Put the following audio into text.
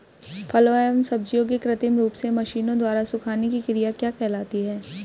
फलों एवं सब्जियों के कृत्रिम रूप से मशीनों द्वारा सुखाने की क्रिया क्या कहलाती है?